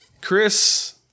Chris